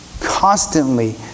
constantly